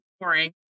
boring